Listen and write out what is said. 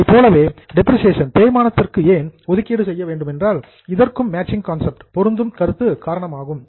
அதைப்போலவே டெப்ரிசியேசன் தேய்மானத்திற்கு ஏன் ஒதுக்கீடு செய்ய வேண்டும் என்றால் இதற்கும் மேட்சிங் கான்செப்ட் பொருந்தும் கருத்து காரணமாகும்